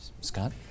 Scott